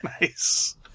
Nice